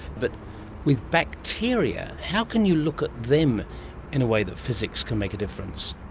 but with bacteria, how can you look at them in a way that physics can make a difference?